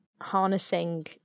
harnessing